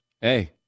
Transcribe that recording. hey